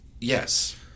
Yes